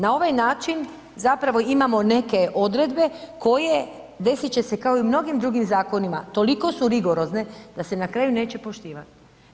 Na ovaj način zapravo imamo neke odredbe koje, desit će se kao i u mnogim drugim zakonima, toliko su rigorozne da se na kraju neće poštivati.